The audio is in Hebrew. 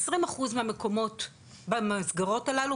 20 אחוז מהמקומות במסגרות הללו,